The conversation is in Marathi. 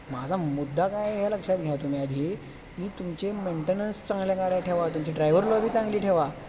माझा मुद्दा काय ह्या लक्षात घ्या तुम्ही आधी की तुमचे मेंटेनन्स चांगल्या गाड्या ठेवा तुमची ड्रायव्हर लॉबी चांगली ठेवा